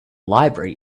library